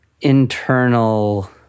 internal